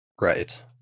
Right